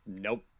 nope